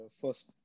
first